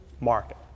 market